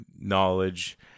knowledge